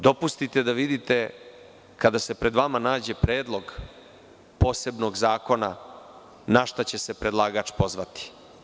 Dopustite da vidite, kada se pred vama nađe predlog posebnog zakona, našta će se predlagač pozvati.